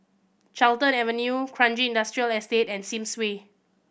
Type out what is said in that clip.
Carlton Avenue Kranji Industrial Estate and Sims Way